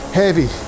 heavy